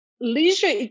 leisure